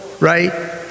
right